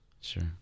sure